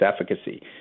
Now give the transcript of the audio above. efficacy